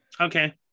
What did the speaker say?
Okay